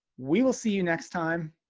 we will see you next time.